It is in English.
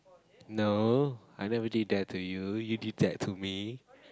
no I never did that to you you did that to me